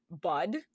bud